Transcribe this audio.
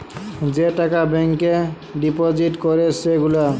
যে টাকা ব্যাংকে ডিপজিট ক্যরে সে গুলা